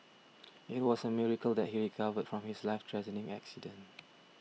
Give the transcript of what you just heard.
it was a miracle that he recovered from his life threatening accident